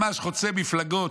ממש חוצה מפלגות,